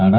ஆனால்